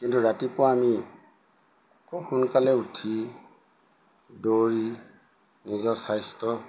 কিন্তু ৰাতিপুৱা আমি খুব সোনকালে উঠি দৌৰি নিজৰ স্বাস্থ্য